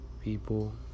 people